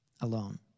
alone